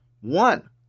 One